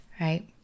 right